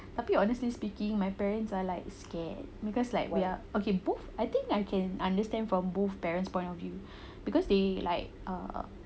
tapi honestly speaking my parents are like scared because like we are okay both I think I can understand from both parents point of view because they like err